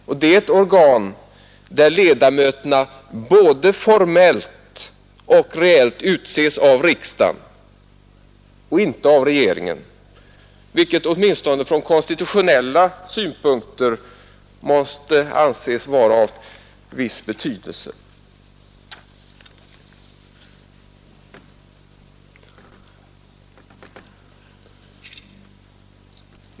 Det är ett organ där ledamöterna både formellt och reellt utses av riksdagen och inte av regeringen, vilket åtminstone från konstitutionella synpunkter måste vara av betydelse.